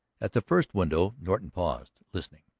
at the first window norton paused, listening.